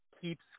keeps